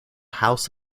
house